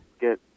get